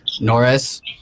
Norris